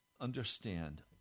understand